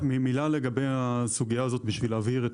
אדוני, מילה לגבי הסוגיה הזאת להבהרה: